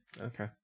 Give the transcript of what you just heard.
Okay